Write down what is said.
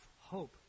hope